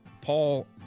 Paul